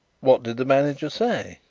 what did the manager say?